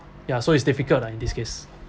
ya so it's difficult lah in this case